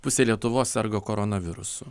pusė lietuvos serga koronavirusu